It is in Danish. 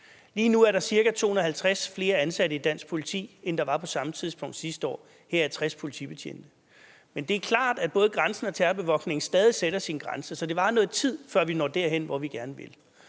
Lige nu er der cirka 250 flere ansatte i dansk politi, end der var på samme tidspunkt sidste år, heraf er 60 politibetjente. Men det er klart, at både grænsen og terrorbevogtningen stadig sætter nogle grænser, så det varer noget tid, før vi når derhen, hvor vi gerne vil.